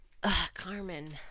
Carmen